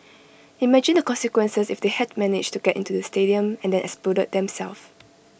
imagine the consequences if they had managed to get into the stadium and then exploded themselves